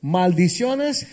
maldiciones